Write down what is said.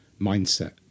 mindset